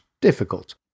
difficult